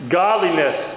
godliness